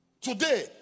Today